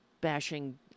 bashing